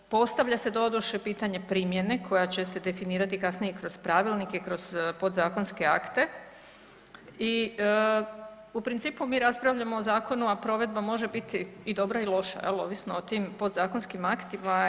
Postavlja se doduše pitanje primjene koja će se definirati kasnije kroz pravilnike, kroz podzakonske akte i u principu mi raspravljamo o zakonu, a provedba može biti i dobra i loša, jel' ovisno o tim podzakonskim aktima.